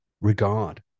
regard